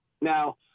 now